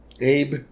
Abe